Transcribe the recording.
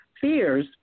fears